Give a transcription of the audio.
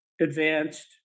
advanced